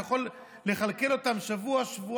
אתה יכול לכלכל אותם שבוע-שבועיים?